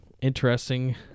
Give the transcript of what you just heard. interesting